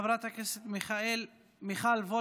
חברת הכנסת מיכל וולדיגר.